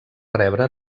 rebre